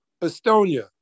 Estonia